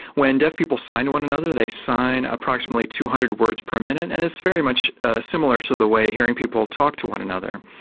when deaf people sign to one another they sign approximately two hundred words per minute, and it's very much similar to the way hearing people talk to one another.